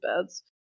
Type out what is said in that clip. beds